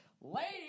Ladies